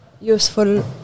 useful